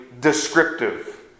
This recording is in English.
descriptive